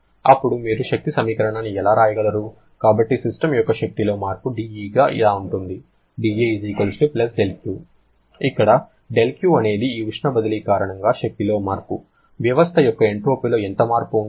అప్పుడు మీరు శక్తి సమీకరణాన్ని ఎలా వ్రాయగలరు కాబట్టి సిస్టమ్ యొక్క శక్తిలో మార్పు dE ఇలా ఉంటుంది dE δQ ఇక్కడ δQ అనేది ఈ ఉష్ణ బదిలీ కారణంగా శక్తిలో మార్పు వ్యవస్థ యొక్క ఎంట్రోపీలో ఎంత మార్పు ఉంటుంది